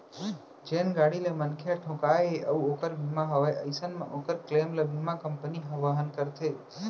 जेन गाड़ी ले मनखे ह ठोंकाय हे अउ ओकर बीमा हवय अइसन म ओकर क्लेम ल बीमा कंपनी ह वहन करथे